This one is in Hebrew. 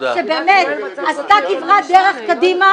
שבאמת עשתה כברת דרך קדימה,